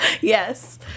Yes